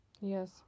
Yes